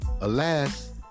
Alas